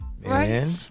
right